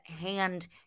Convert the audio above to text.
hand